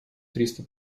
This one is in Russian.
триста